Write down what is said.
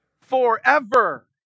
Forever